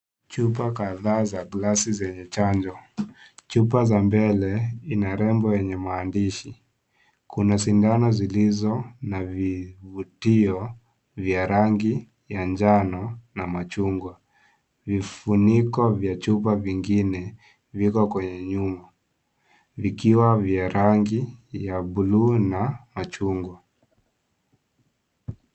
Chupa kadhaa za glasi zenye chanjo, chupa za mbele ina lebo yenye maandishi . Kina sindano zilizo na kivutio vya rangi ya njano na machungwa . Vifuniko vya chupa vingine vimeekwa ikiwa vya rangi ya bluu na machungwa.